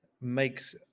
makes